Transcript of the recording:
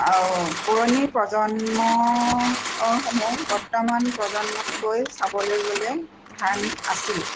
পুৰণি প্ৰজন্ম সমূহ বৰ্তমান প্ৰজন্মতকৈ চাবলৈ গ'লে ধাৰ্মিক আছিল